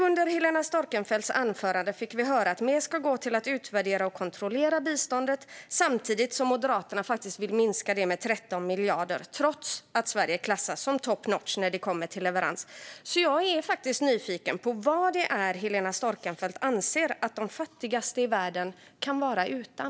Under Helena Storckenfeldts anförande fick vi höra att mer ska gå till att utvärdera och kontrollera biståndet, samtidigt som Moderaterna faktiskt vill minska det med 13 miljarder trots att Sverige klassas som top notch när det kommer till leverans. Jag är faktiskt nyfiken på vad det är Helena Storckenfeldt anser att de fattigaste i världen kan vara utan.